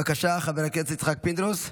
בבקשה, חבר הכנסת פינדרוס.